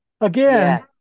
Again